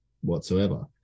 whatsoever